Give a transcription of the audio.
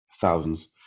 thousands